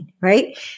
right